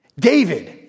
David